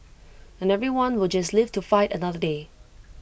and everyone will just live to fight another day